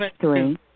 three